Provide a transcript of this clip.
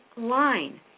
line